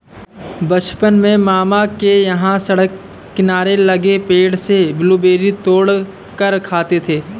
बचपन में मामा के यहां सड़क किनारे लगे पेड़ से ब्लूबेरी तोड़ कर खाते थे